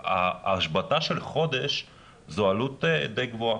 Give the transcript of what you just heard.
ההשבתה של חודש זו עלות די גבוהה,